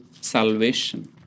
salvation